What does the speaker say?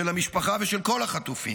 של המשפחה ושל כל החטופים.